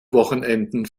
wochenenden